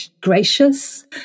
gracious